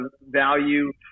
value